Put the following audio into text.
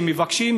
שהם מבקשים,